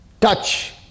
Touch